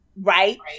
right